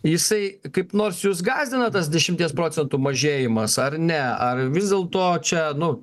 jisai kaip nors jus gąsdina tas dešimties procentų mažėjimas ar ne ar vis dėlto čia nu